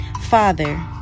Father